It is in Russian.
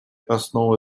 основы